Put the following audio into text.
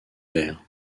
vert